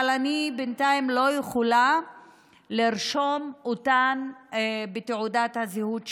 אבל אני בינתיים לא יכולה לרשום אותן בתעודת הזהות שלך.